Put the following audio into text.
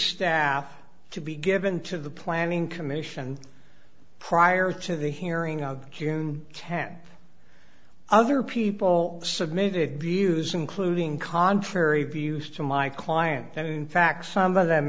staff to be given to the planning commission prior to the hearing on june tenth other people submitted views including contrary views to my client and in fact some of them